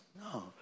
no